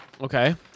Okay